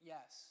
Yes